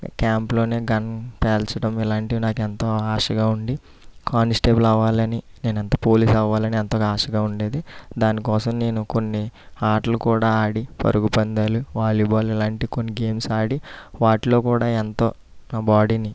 క్యాంప్లో నేను గన్ పేల్చడం ఇలాంటివి నాకు ఎంతో ఆశగా ఉండి కానిస్టేబుల్ అవ్వాలని నేను ఎంతో పోలీస్ అవ్వాలని ఎంతో ఆశగా ఉండేది దానికోసం నేను కొన్ని ఆటలు కూడా ఆడి పరుగుపందాలు వాలీబాల్ ఇలాంటి కొన్ని గేమ్స్ ఆడి వాటిలో కూడా ఎంతో నా బాడీని